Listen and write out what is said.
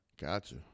gotcha